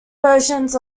versions